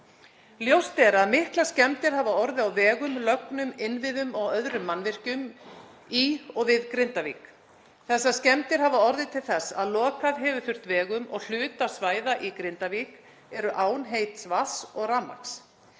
Ljóst er að miklar skemmdir hafa orðið á vegum, lögnum, innviðum og öðrum mannvirkjum í og við Grindavík. Þessar skemmdir hafa orðið til þess að loka hefur þurft vegum og hlutar svæða í Grindavík eru án heits vatns og rafmagns.